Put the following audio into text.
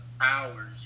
hours